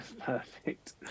Perfect